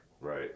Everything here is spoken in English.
Right